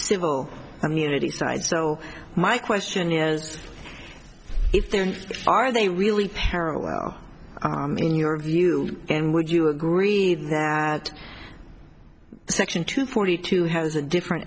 civil and unity side so my question is if there are they really parallel in your view and would you agree that section two forty two has a different